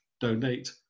donate